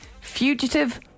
fugitive